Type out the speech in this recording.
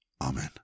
Amen